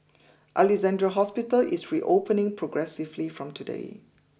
Alexandra Hospital is reopening progressively from today